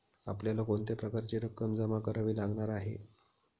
आपल्याला कोणत्या प्रकारची रक्कम जमा करावी लागणार आहे?